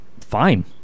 fine